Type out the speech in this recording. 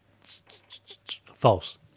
False